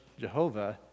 Jehovah